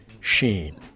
sheen